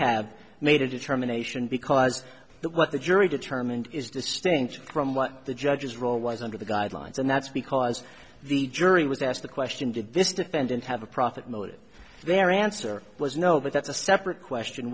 have made a determination because that what the jury determined is distinct from what the judges rule was under the guidelines and that's because the jury was asked the question did this defendant have a profit motive their answer was no but that's a separate question